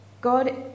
God